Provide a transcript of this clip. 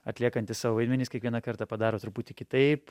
atliekantys savo vaidmenis kiekvieną kartą padaro truputį kitaip